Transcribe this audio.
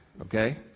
okay